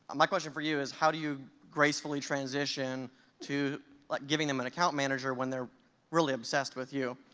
um my question for you is how do you gracefully transition to like giving them an account manager when they're really obsessed with you?